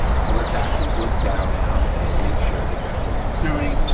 so let's actually look down now and make sure that that's what's occurring.